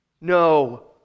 No